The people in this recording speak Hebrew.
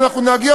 ואנחנו נגיע,